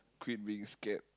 quit being scared